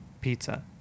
pizza